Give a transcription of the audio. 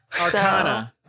arcana